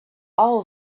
all